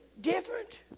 different